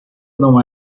não